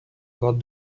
got